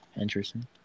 Interesting